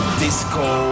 disco